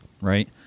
right